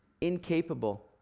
incapable